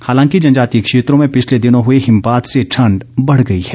हालांकि जनजातीय क्षेत्रों में पिछले दिनों हुए हिमपात से ठंड बढ़ गई है